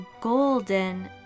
golden